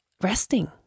resting